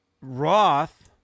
Roth